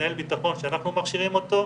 מנהל בטחון שאנחנו מכשירים אותו,